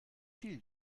viel